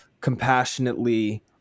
compassionately